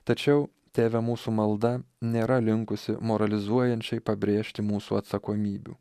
tačiau tėve mūsų malda nėra linkusi moralizuojančiai pabrėžti mūsų atsakomybių